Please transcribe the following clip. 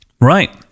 Right